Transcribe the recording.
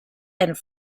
and